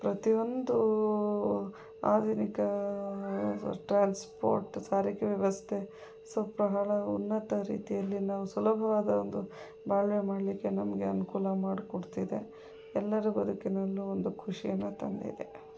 ಪ್ರತಿಯೊಂದು ಆಧುನಿಕ ಟ್ರಾನ್ಸ್ಪೋರ್ಟ್ ಸಾರಿಗೆ ವ್ಯವಸ್ಥೆ ಸೊ ಬಹಳ ಉನ್ನತ ರೀತಿಯಲ್ಲಿ ನಾವು ಸುಲಭವಾದ ಒಂದು ಬಾಳ್ವೆ ಮಾಡಲಿಕ್ಕೆ ನಮಗೆ ಅನುಕೂಲ ಮಾಡ್ಕೊಡ್ತಿದೆ ಎಲ್ಲರ ಬದುಕಿನಲ್ಲೂ ಒಂದು ಖುಷಿಯನ್ನು ತಂದಿದೆ